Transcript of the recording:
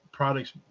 Products